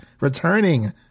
returning